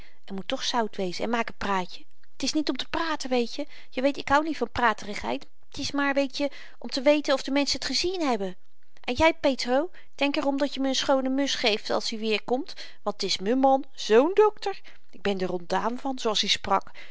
er moet toch zout wezen en maak n praatje t is niet om te praten weetje je weet ik hou niet van praterigheid t is maar weetje om te weten of de menschen t gezien hebben en jy petr denk er om dat je me een schoone mus geeft als i weêrkomt want t is m'n n man zoo'n dokter ik ben der ontdaan van zoo als i sprak